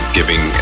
giving